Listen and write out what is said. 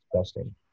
disgusting